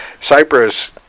Cyprus